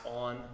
on